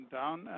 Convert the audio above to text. down